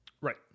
Right